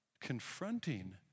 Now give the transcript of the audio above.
confronting